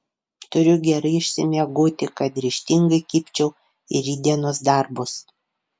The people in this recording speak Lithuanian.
turiu gerai išsimiegoti kad ryžtingai kibčiau į rytdienos darbus